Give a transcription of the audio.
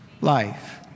life